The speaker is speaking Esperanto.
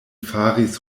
faris